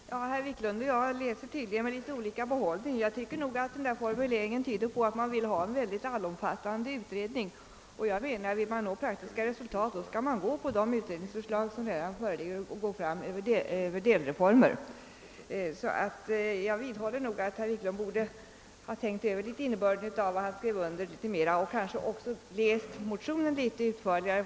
Herr talman! Herr Wiklund i Stockholm och jag läser tydligen reservationen med olika behållning. Jag tycker att dess formulering tyder på att man vill ha en synnerligen omfattande utredning. Enligt min uppfattning bör man, om man vill nå resultat, utgå från det utredningsmaterial som redan föreligger och genomföra delreformer. Jag vidhåller därför att herr Wiklund något bättre borde ha tänkt över innebörden i det som han skrivit under och kanske också borde ha läst igenom motionen något noggrannare.